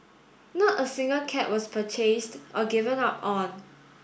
not a single cat was purchased or given up on